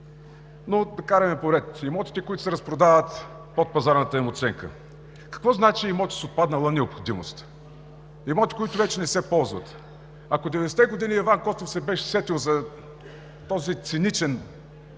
Но да караме поред. Имотите, които се разпродават под пазарната им оценка. Какво значи „имоти с отпаднала необходимост“? Имоти, които вече не се ползват. Ако през 90-те години Иван Костов се беше сетил за този циничен израз,